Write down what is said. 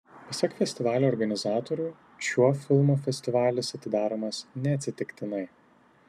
pasak festivalio organizatorių šiuo filmu festivalis atidaromas neatsitiktinai